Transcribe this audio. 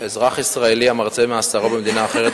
אזרח ישראל המרצה מאסרו במדינה אחרת,